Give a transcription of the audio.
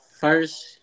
first